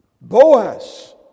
Boaz